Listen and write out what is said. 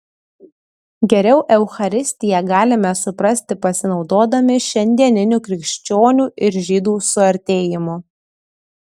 geriau eucharistiją galime suprasti pasinaudodami šiandieniniu krikščionių ir žydų suartėjimu